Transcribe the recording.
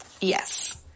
Yes